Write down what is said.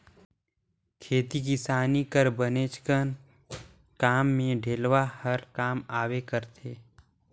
खेती किसानी कर बनेचकन काम मे डेलवा हर काम आबे करथे